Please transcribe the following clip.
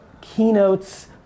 keynotes